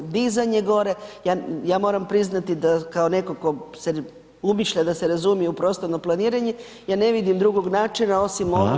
Dizanje gore, ja moram priznati da kao netko tko se umišlja da se razumije u prostorno planiranje, ja ne vidim drugog načina osim ovog koji je danas.